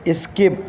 skip